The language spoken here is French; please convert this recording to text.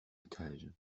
étage